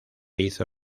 hizo